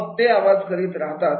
मग ते आवाज करीत राहतात